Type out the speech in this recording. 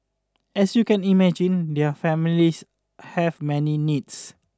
as you can imagine their families have many needs